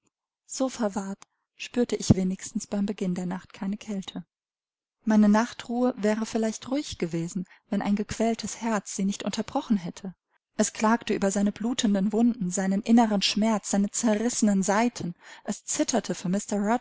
so verwahrt spürte ich wenigstens beim beginn der nacht keine kälte meine nachtruhe wäre vielleicht ruhig gewesen wenn ein gequältes herz sie nicht unterbrochen hätte es klagte über seine blutenden wunden seinen inneren schmerz seine zerrissenen saiten es zitterte für